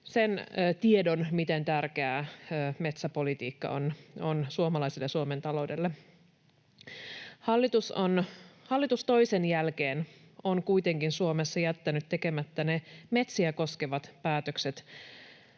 sen tiedon, miten tärkeää metsäpolitiikka on suomalaisille ja Suomen taloudelle. Hallitus toisensa jälkeen on kuitenkin Suomessa jättänyt tekemättä ne metsiä koskevat päätökset,